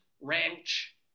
Ranch